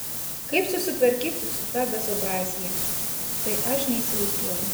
kaip susitvarkyti su ta bezobrazija tai aš neįsivaizduoju